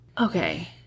Okay